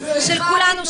של כולנו,